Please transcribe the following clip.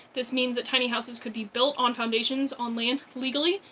this means that tiny houses could be built on foundations on land legally,